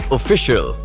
Official